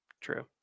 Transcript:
true